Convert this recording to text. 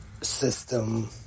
system